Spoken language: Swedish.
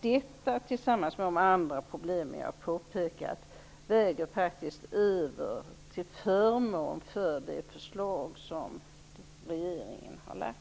Detta tillsammans med de andra problem jag har påpekat väger faktiskt över till förmån för regeringens förslag.